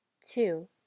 two